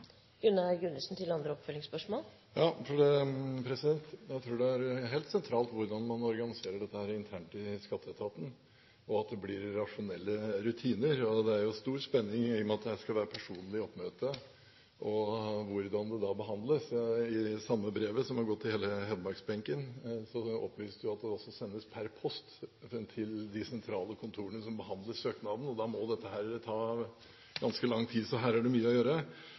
Jeg tror det er helt sentralt hvordan man organiserer dette internt i skatteetaten, og at det blir rasjonelle rutiner. Det er stor spenning i og med at det skal være personlig oppmøte, og hvordan det da behandles. I det samme brevet som har gått til hele hedmarksbenken, ble det opplyst at dette sendes per post til de sentrale kontorene som behandler søknadene. Dette må ta ganske lang tid, så her er det mye å gjøre.